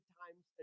times